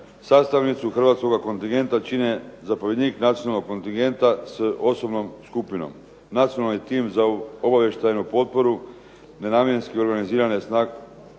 sastavnicu hrvatskoga kontingenta čine zapovjednik nacionalnog kontingenta s osobnom skupinom, nacionalni tim za obavještajnu potporu, te namjenski organizirane snage